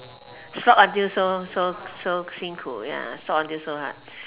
shop until so so so 辛苦 ya shop until so hard